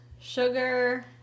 Sugar